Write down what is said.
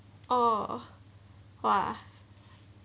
oh what